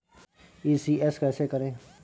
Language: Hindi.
ई.सी.एस कैसे करें?